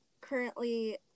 currently